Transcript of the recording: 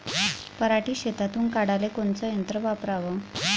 पराटी शेतातुन काढाले कोनचं यंत्र वापराव?